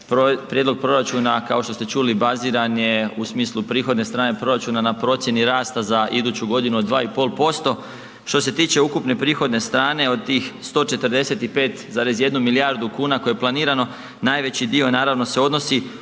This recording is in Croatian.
prijedlog proračuna kao što ste čuli, baziran je u smislu prihodne strane proračuna na procjeni rasta za iduću godinu od 2,5%. Što se tiče ukupne prihodne strane od tih 145,1 milijardu kuna koje je planirano, najveći dio naravno se odnosi